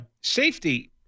safety